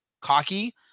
cocky